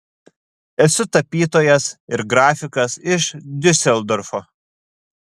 esu tapytojas ir grafikas iš diuseldorfo